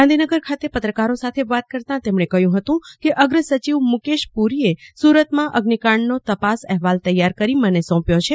ગાંધીનગર ખાતે પત્રકારો સાથે વાત કરતાં તેમણે કહ્યું હતું કે અગ્રસચિવ મુકેશ પુરીએ અગ્નિકાંડનો તપાસ અહેવાલ તૈયાર કરી મને સોંપ્યો છે